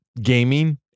gaming